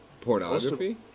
pornography